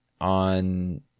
on